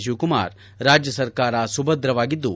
ಶಿವಕುಮಾರ್ ರಾಜ್ಯ ಸರ್ಕಾರ ಸುಭದ್ರವಾಗಿದ್ದು